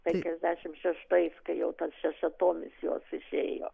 penkiasdešimt šeštais kai jau tas šešiatomis jos išėjo